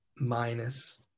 minus